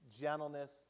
gentleness